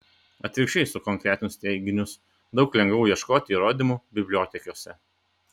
atvirkščiai sukonkretinus teiginius daug lengviau ieškoti įrodymų bibliotekose